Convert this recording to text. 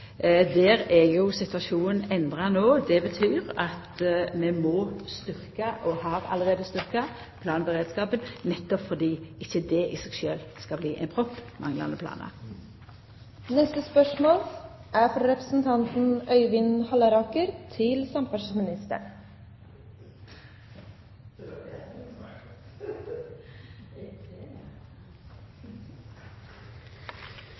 Der er jo situasjonen endra no. Det betyr at vi må styrkja – og allereie har styrkt – planberedskapen, nettopp for at manglande planar i seg sjølve ikkje skal verta ein propp. Jeg har et spørsmål